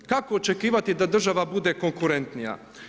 Kako očekivati da država bude konkurentnija?